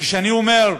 ואני אומר: